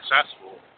successful